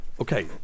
okay